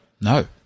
No